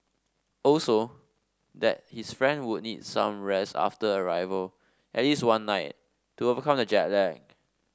also that his friend would need some rest after arrival at least one night to overcome the jet lag